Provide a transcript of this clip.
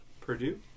Purdue